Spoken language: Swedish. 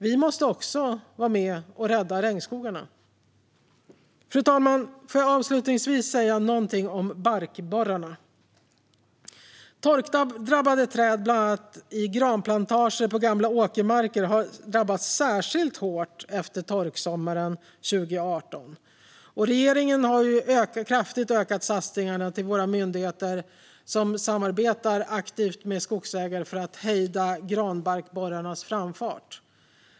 Vi måste också vara med och rädda regnskogarna. Fru talman! Jag vill avslutningsvis säga någonting om barkborrarna. Torkdrabbade träd bland annat i granplantager på gamla åkermarker har drabbats särskilt hårt efter torksommaren 2018. Regeringen har kraftigt ökat satsningarna till våra myndigheter som samarbetar aktivt med skogsägare för att hejda granbarkborrarnas framfart.